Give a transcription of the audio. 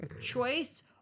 choice